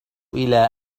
إلى